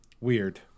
weird